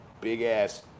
big-ass